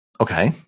Okay